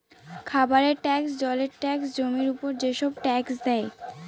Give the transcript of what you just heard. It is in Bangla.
খাবারের ট্যাক্স, জলের ট্যাক্স, জমির উপর যেসব ট্যাক্স দেয়